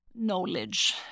knowledge